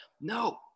No